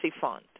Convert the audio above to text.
fund